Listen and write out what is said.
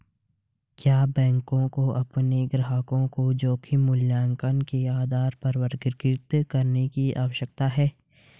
क्या बैंकों को अपने ग्राहकों को जोखिम मूल्यांकन के आधार पर वर्गीकृत करने की आवश्यकता है?